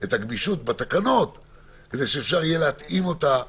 את הגמישות בתקנות כדי שאפשר יהיה להתאים אותו.